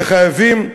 וחייבים,